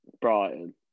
Brighton